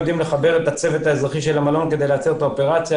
ולחבר את הצוות האזרחי של המלון כדי לייצר את האופרציה,